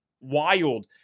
wild